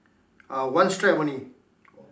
uh one stripe only